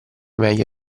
meglio